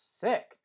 sick